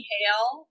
Hale